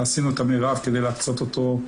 ועשינו את המרב כדי להקצות אותו,